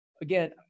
again